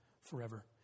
forever